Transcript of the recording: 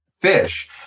fish